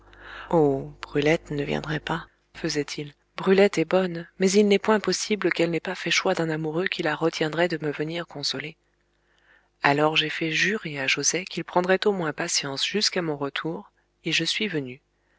oh brulette ne viendrait pas faisait-il brulette est bonne mais il n'est point possible qu'elle n'ait pas fait choix d'un amoureux qui la retiendrait de me venir consoler alors j'ai fait jurer à joset qu'il prendrait au moins patience jusqu'à mon retour et je suis venu